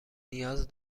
نیاز